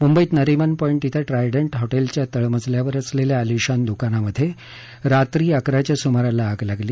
मुंबईत नरिमन पॉठि शिं ट्रायडंट हॅटेलच्या तळमजल्यावर असलेल्या आलिशान दुकानामध्ये रात्री अकराच्या सुमाराला आग लागली